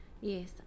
Yes